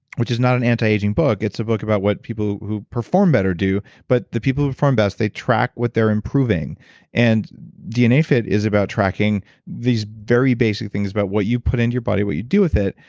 which is not an anti-aging book, it's a book about what people who perform better do, but the people who perform best, they track what they're improving and dnafit is about tracking these very basic things about what you put into your body what you do with it.